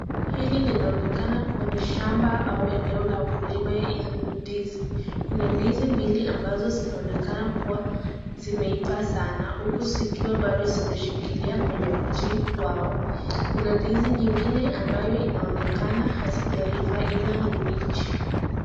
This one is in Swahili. Hili linaonekana kuwa ni shamba au eneo la ukulima wa ndizi, kuna ndizi mbili zinaonekana kuwa zimeiva sana huku zikiwa bado zimeshikilia kwa mti wao, Kuna ndizi nyengine zinaonekana hazijaiva Ila Ni mbichi.